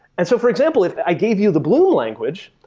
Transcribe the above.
and so for example, if i gave you the bloom language,